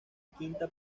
quinta